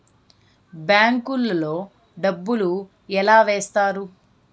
bank లో డబ్బులు ఎలా వేస్తారు